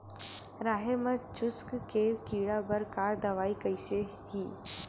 राहेर म चुस्क के कीड़ा बर का दवाई कइसे ही?